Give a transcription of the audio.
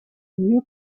new